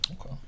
Okay